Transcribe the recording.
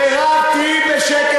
מירב, תהיי בשקט.